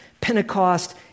Pentecost